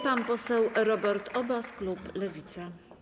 Pan poseł Robert Obaz, klub Lewica.